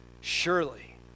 Surely